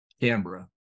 Canberra